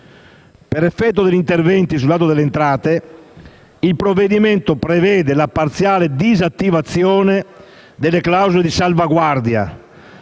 Per effetto degli interventi sul lato delle entrate, il provvedimento prevede la parziale disattivazione delle clausole di salvaguardia,